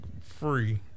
free